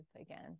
again